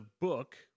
book